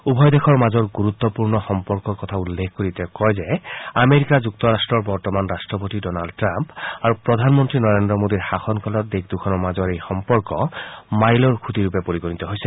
উভয় দেশৰ মাজৰ গুৰুত্পূৰ্ণ সম্পৰ্কৰ কথা উল্লেখ কৰি তেওঁ কয় যে আমেৰিকা যুক্তৰাট্টৰ বৰ্তমান ৰাট্টপতি ডনাল্ড ট্ৰাম্প আৰু প্ৰধানমন্নী নৰেন্দ্ৰ মোদীৰ শাসনকালত দেশদুখনৰ মাজৰ এই সম্পৰ্ক মাইলৰ খুটি ৰূপে পৰিগণিত হৈছে